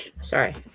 Sorry